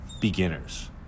beginners